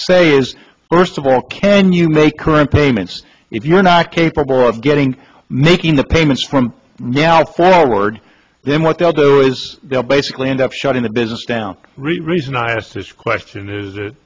say is first of all can you make current payments if you're not capable of getting making the payments from the outset our word then what they'll do is they'll basically end up shutting the business down real reason i asked this question is it